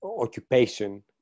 occupation